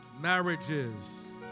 marriages